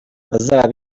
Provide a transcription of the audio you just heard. bazaba